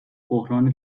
بحران